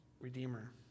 Redeemer